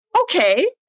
okay